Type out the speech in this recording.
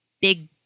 big